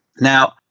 Now